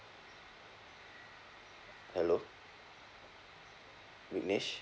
hello vignesh